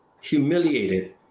humiliated